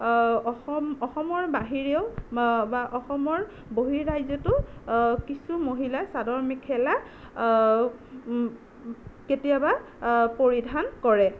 অসম অসমৰ বাহিৰেও বা অসমৰ বহিঃৰাজ্যতো কিছু মহিলাই চাদৰ মেখেলা কেতিয়াবা পৰিধান কৰে